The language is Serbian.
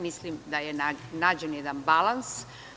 Mislim da je nađen jedan balans.